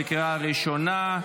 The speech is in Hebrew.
בקריאה ראשונה.